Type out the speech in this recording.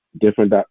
different